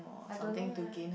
I don't know leh